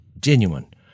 genuine